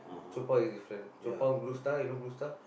Chong Pang is different Chong-Pang Blue star you know Blue Star